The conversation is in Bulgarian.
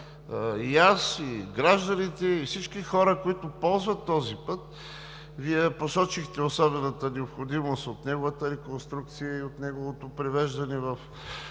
и аз, и гражданите, всички хора, които ползват този път – Вие посочихте особената необходимост от неговата реконструкция и от неговото привеждане в